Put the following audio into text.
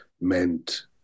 meant